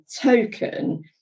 token